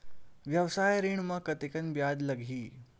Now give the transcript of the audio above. व्यवसाय ऋण म कतेकन ब्याज लगही?